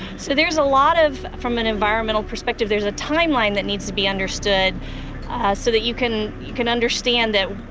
so there's a lot of from an environmental perspective, there's a timeline that needs to be understood so that you can you can understand that,